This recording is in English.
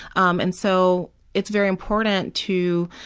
um and so it's very important to,